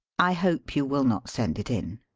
i hope you will not send it in.